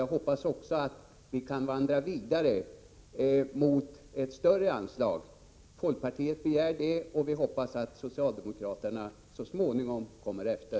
Jag hoppas också att vi kan vandra vidare mot ett större anslag. Folkpartiet begär det, och vi hoppas att socialdemokraterna så småningom kommer efter.